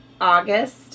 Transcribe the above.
August